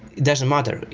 doesn't matter.